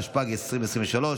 התשפ"ג 2023,